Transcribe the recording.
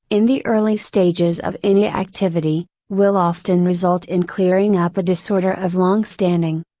in the early stages of any activity, will often result in clearing up a disorder of long standing.